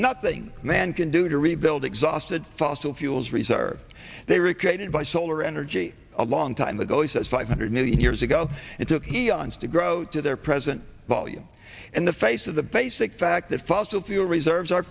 nothing man can do to rebuild exhausted fossil fuels reserve they were created by solar energy a long time ago he says five hundred million years ago it took eons to grow to their present volume and the face of the basic fact that fossil fuel reserves are